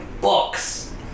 Books